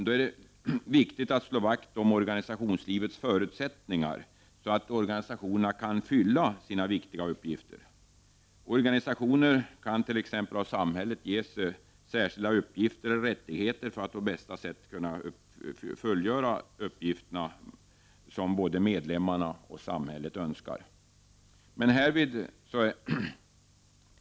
Det är därför viktigt att slå vakt om organisationslivets förutsättningar, så att or ganisationerna kan fylla dessa viktiga uppgifter. Organisationer kan t.ex. av Prot. 1989/90:12 samhället ges särskilda uppgifter eller rättigheter för att på bästa sätt kunna 18 oktober 1989 fullgöra de uppgifter som både medlemmarna och samhället önskar. Härvid =.